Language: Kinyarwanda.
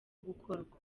gukorwa